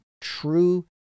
true